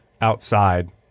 outside